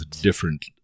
different